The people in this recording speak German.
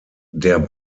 der